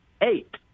eight